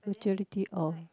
majority all